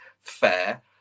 fair